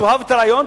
שתאהב את הרעיון,